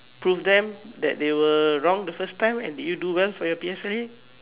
prove them that they will wrong the first time and did you do well for your P_S_L_E